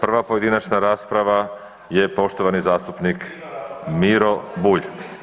Prva pojedinačna rasprava je poštovani zastupnik Miro Bulj.